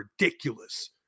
ridiculous